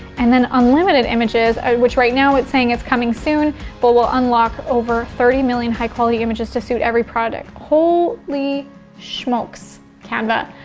and then unlimited images, which right now it's saying it's coming soon but will unlock over thirty million high quality images to suite every project. holy smokes, canva.